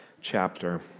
chapter